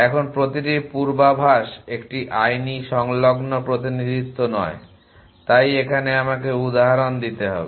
এখন প্রতিটি পূর্বাভাস একটি আইনি সংলগ্ন প্রতিনিধিত্ব নয় তাই এখানে আমাকে উদাহরণ দিতে হবে